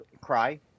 cry